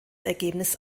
ergebnis